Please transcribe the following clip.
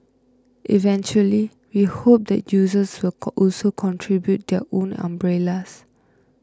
eventually we hope that users will also contribute their own umbrellas